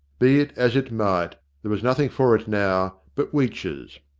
be it as it might, there was nothing for it now but weech's.